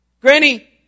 Granny